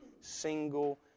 single